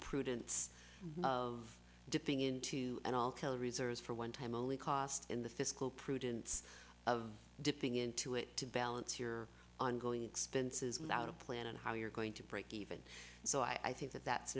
prudence of dipping into and i'll kill reserves for one time only cost in the fiscal prudence of dipping into it to balance your ongoing expenses without a plan on how you're going to breakeven so i think that that's